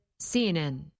CNN